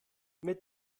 mit